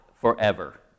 forever